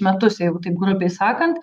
metus jeigu taip grubiai sakant